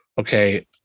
okay